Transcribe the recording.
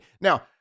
Now